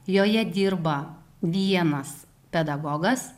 joje dirba vienas pedagogas